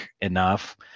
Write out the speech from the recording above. enough